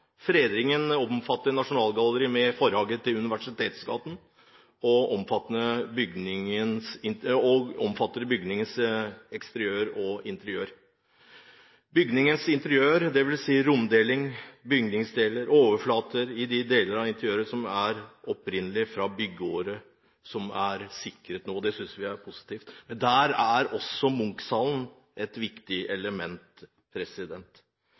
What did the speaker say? Fredningen omfatter Nasjonalgalleriet med forhage til Universitetsgaten og bygningens interiør og eksteriør. Bygningens interiør, dvs. romdeling, bygningsdeler og overflater i de deler av interiøret som er opprinnelig fra byggeåret, er sikret nå – det synes vi er positivt. Der er også Munch-salen et viktig element.